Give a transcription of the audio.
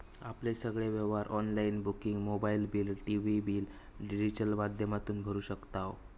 आपले सगळे व्यवहार online booking mobile bill, TV bill digital माध्यमातना भरू शकताव